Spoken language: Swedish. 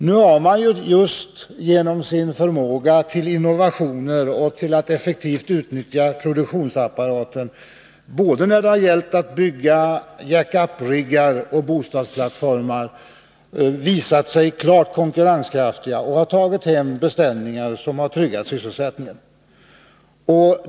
Nu har man just genom sin förmåga till innovationer och sin förmåga att effektivt utnyttja produktionsapparaten, både när det gäller jack-up-riggar och bostadsplattformar, visat sig klart konkurrenskraftig och tagit hem beställningar som tryggat sysselsättningen.